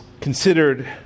considered